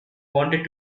wanted